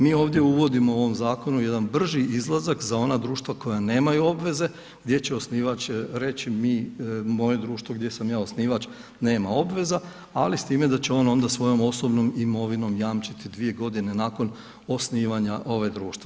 Mi ovdje uvodimo u ovom zakonu jedan brži izlazak za ona društva koja nemaju obveze, gdje će osnivač reći mi, moje društvo gdje sam ja osnivač, nema obveza, ali s time da će on onda svojom osobnom imovinom jamčiti dvije godine nakon osnivanja ovog društva.